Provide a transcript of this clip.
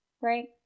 right